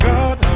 God